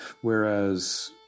whereas